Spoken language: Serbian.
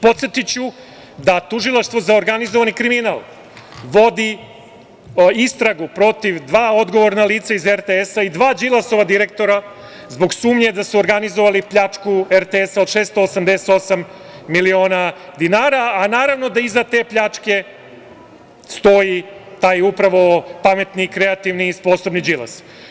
Podsetiću da Tužilaštvo za organizovani kriminal vodi istragu protiv dva odgovorna lica iz RTS-a i dva Đilasova direktora zbog sumnje da su organizovali pljačku RTS-a od 688 miliona dinara, a naravno da iza te pljačke stoji taj upravo pametni, kreativni i sposobni Đilas.